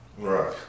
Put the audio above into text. Right